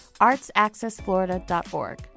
artsaccessflorida.org